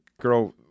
girl